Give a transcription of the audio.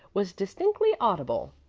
was distinctly audible.